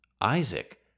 Isaac